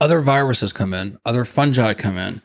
other viruses come in, other fungi come in,